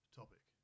topic